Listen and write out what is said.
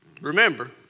Remember